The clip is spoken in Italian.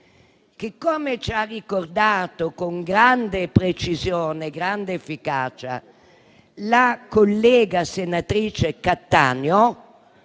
come ci ha ricordato con grande precisione e con grande efficacia la collega senatrice Cattaneo